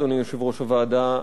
אדוני יושב-ראש הוועדה,